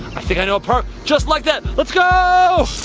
i think i know a park just like that, let's go!